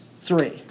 three